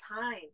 time